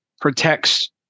protects